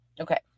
Okay